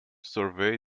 survey